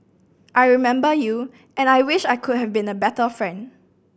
I remember you and I wish I could have been a better friend